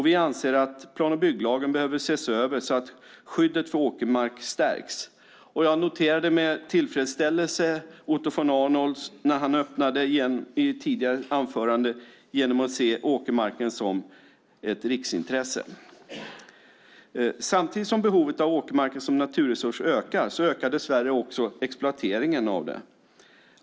Vi anser att plan och bygglagen behöver ses över så att skyddet för åkermark stärks. Jag noterade med tillfredsställelse att Otto von Arnold inledde ett tidigare anförande med att han ser åkermarken som ett riksintresse. Samtidigt som behovet ökar av åkermark som naturresurs ökar dess värre också exploateringen av den.